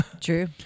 True